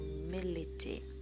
humility